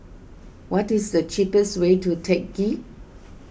what is the cheapest way to Teck Ghee